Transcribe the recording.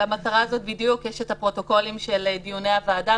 למטרה הזאת בדיוק יש את הפרוטוקולים של דיוני הוועדה,